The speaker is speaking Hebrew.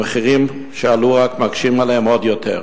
המחירים שעלו רק מקשים עליהם עוד יותר.